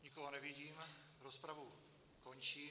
Nikoho nevidím, rozpravu končím.